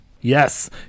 Yes